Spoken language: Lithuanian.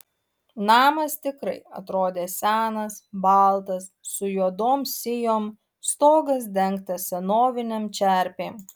namas tikrai atrodė senas baltas su juodom sijom stogas dengtas senovinėm čerpėm